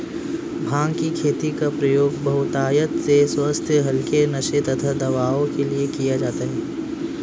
भांग की खेती का प्रयोग बहुतायत से स्वास्थ्य हल्के नशे तथा दवाओं के लिए किया जाता है